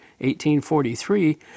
1843